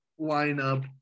lineup